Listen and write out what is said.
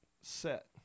set